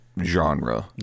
genre